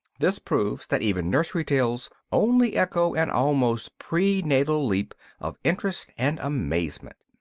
this proves that even nursery tales only echo an almost pre-natal leap of interest and amazement.